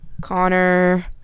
Connor